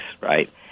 right